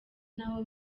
n’aho